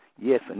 Yes